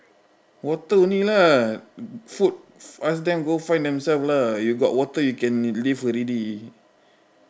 water only lah food ask them go find themselves lah you got water you can live already